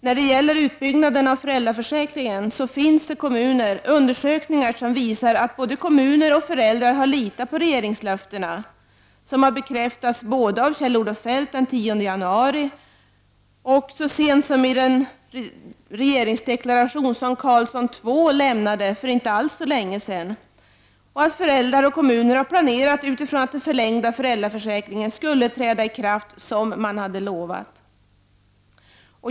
När det gäller utbyggnaden av föräldraförsäkringen finns det undersökningar som visar att både kommuner och föräldrar har litat på regeringslöftet, som har bekräftats både av Kjell-Olof Feldt den 10 januari och så sent som i regeringsdeklarationen från regeringen Carlsson II för inte alls länge sedan, och att föräldrar och kommuner har planerat med utgångspunkt i förutsättningen att den förlängda föräldraförsäkringen skulle träda i kraft som man hade utlovat.